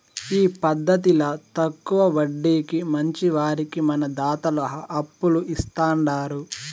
ఈ పద్దతిల తక్కవ వడ్డీకి మంచివారికి మన దాతలు అప్పులు ఇస్తాండారు